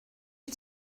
wyt